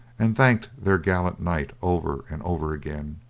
and thanked their gallant knight over and over again.